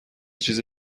چیز